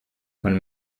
man